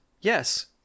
yes